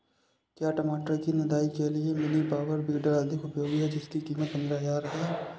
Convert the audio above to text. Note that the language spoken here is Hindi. क्या टमाटर की निदाई के लिए मिनी पावर वीडर अधिक उपयोगी है जिसकी कीमत पंद्रह हजार है?